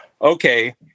Okay